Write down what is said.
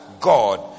God